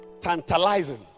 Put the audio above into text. tantalizing